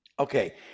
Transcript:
Okay